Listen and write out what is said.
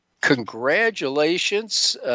congratulations